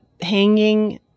hanging